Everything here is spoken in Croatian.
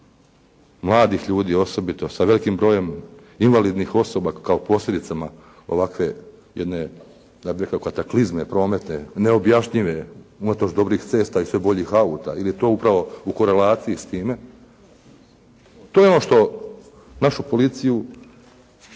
mladih ljudi osobito, sa velikim brojem invalidnih osoba kao posljedicama ovakve jedne ja bih rekao kataklizme prometne, neobjašnjive unatoč dobrih cesta i sve boljih auta ili je to upravo u korelaciji s time. To je ono što našu policiju